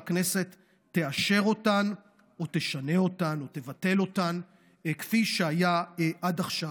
והכנסת תאשר אותן או תשנה אותן או תבטל אותן כפי שהיה עד עכשיו.